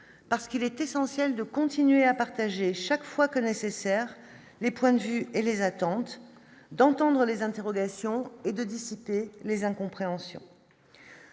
parce qu'il est essentiel de continuer à partager chaque fois que nécessaire les points de vue et les attentes d'entendre les interrogations et de dissiper les incompréhensions,